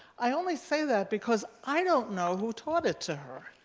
i only say that because i don't know who taught it to her.